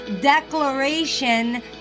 declaration